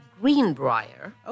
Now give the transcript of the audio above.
Greenbrier